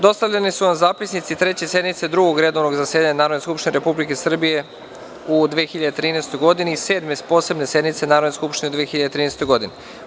Dostavljeni su vam zapisnici Treće sednice Drugog redovnog zasedanja Narodne skupštine Republike Srbije u 2013. godini i Sedme posebne sednice Narodne skupštine u 2013. godini.